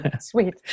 Sweet